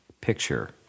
picture